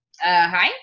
Hi